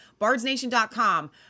BardsNation.com